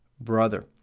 brother